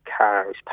cars